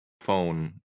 phone